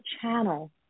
channel